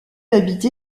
habité